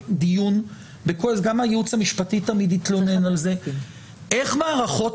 גם הייעוץ המשפטי תמיד התלונן על זה: איך מערכות